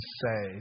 say